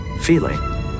feeling